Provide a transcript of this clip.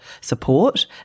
support